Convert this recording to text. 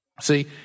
See